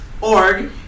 org